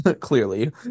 clearly